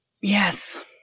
Yes